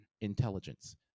intelligence